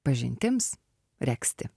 pažintims regzti